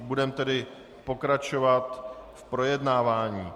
Budeme tedy pokračovat v projednávání.